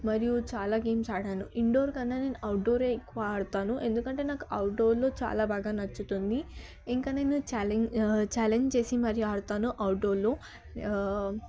మరియు చాలా గేమ్స్ ఆడాను ఇండోర్ కన్నా నేను అవుట్డోర్ ఎక్కువ ఆడుతాను ఎందుకంటే నాకు అవుట్డోర్లో చాలా బాగా నచ్చుతుంది ఇంకా నేను ఛాలెంజ్ ఛాలెంజ్ చేసి మరి ఆడుతాను అవుట్డోర్లో